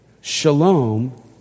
Shalom